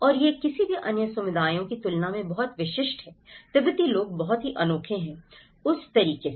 और यह किसी भी अन्य समुदायों की तुलना में बहुत विशिष्ट है तिब्बती लोग बहुत ही अनोखे हैं उस तरीके से